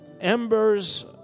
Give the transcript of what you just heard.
embers